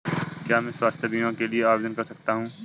क्या मैं स्वास्थ्य बीमा के लिए आवेदन कर सकता हूँ?